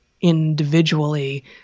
individually